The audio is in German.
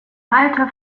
alter